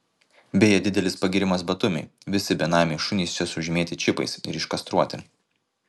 beje didelis pagyrimas batumiui visi benamiai šunys čia sužymėti čipais ir iškastruoti